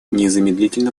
незамедлительно